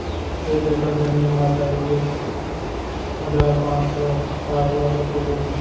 एक एकड़ जमीन मा तैतलीस हजार पाँच सौ साठ वर्ग फुट होथे